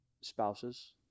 spouses